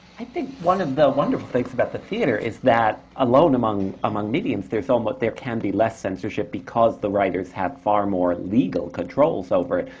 i think one of the wonderful things about the theatre is that, alone among among mediums, there so um but there can be less censorship, because the writers have far more legal controls over it.